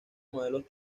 modelos